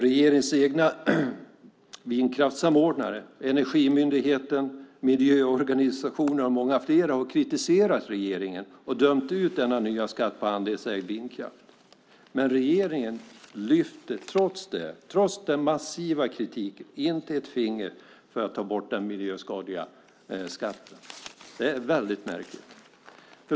Regeringens egna vindkraftssamordnare, Energimyndigheten, miljöorganisationer och många fler har kritiserat regeringen och dömt ut den nya skatten på andelsägd vindkraft. Men trots den massiva kritiken lyfter regeringen inte ett finger för att ta bort den miljöskadliga skatten. Det är mycket märkligt.